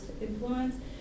influence